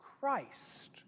Christ